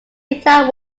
guitar